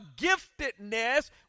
giftedness